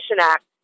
Act